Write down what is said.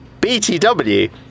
BTW